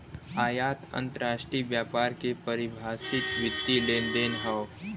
आयात अंतरराष्ट्रीय व्यापार के परिभाषित वित्तीय लेनदेन हौ